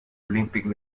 olympique